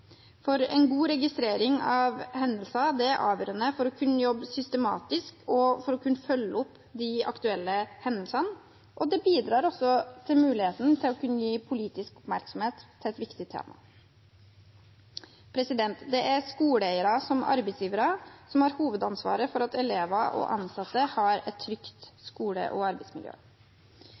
for en god registrering av hendelser er avgjørende for å kunne jobbe systematisk og følge opp de aktuelle hendelsene. Det bidrar også til muligheten for å kunne gi politisk oppmerksomhet til et viktig tema. Det er skoleeierne, som arbeidsgivere, som har hovedansvaret for at elever og ansatte har et trygt skole- og arbeidsmiljø.